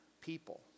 people